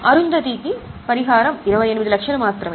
అరుంధతికి పరిహారం 28 లక్షలు మాత్రమే